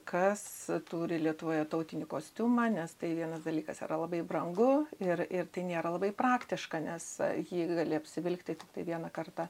kas turi lietuvoje tautinį kostiumą nes tai vienas dalykas yra labai brangu ir ir tai nėra labai praktiška nes jį gali apsivilkti tiktai vieną kartą